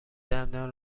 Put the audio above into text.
دندان